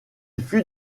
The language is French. fut